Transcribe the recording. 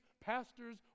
pastors